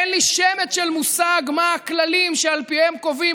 אין לי שמץ של מושג מה הכללים שעל פיהם קובעים